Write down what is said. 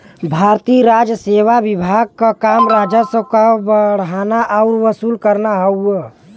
भारतीय राजसेवा विभाग क काम राजस्व क बढ़ाना आउर वसूल करना हउवे